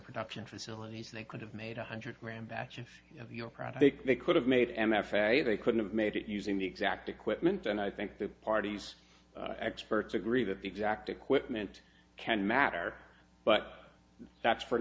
production facilities they could have made one hundred gram batch of your product they could have made m f a they could have made it using the exact equipment and i think the parties experts agree that the exact equipment can matter but that's for an